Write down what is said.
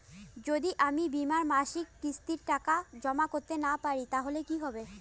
যদি আমি বীমার মাসিক কিস্তির টাকা জমা করতে না পারি তাহলে কি হবে?